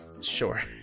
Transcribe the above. sure